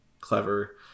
clever